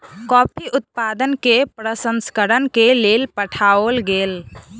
coffee उत्पादन कय के प्रसंस्करण के लेल पठाओल गेल